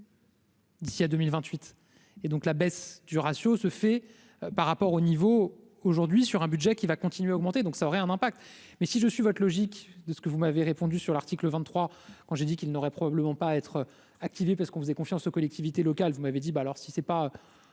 D'ici à 2000 28 et donc la baisse du ratio se fait par rapport aux niveaux aujourd'hui sur un budget qui va continuer à augmenter, donc ça aurait un impact, mais si je suis votre logique de ce que vous m'avez répondu sur l'article 23 ans, j'ai dit qu'il n'aurait probablement pas être activée parce qu'on faisait confiance aux collectivités locales : vous m'avez dit ben alors si c'est pas